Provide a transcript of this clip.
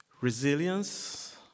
Resilience